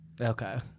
Okay